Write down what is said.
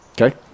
Okay